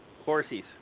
horses